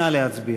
נא להצביע.